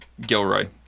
Gilroy